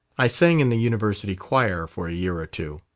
i sang in the university choir for a year or two.